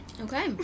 Okay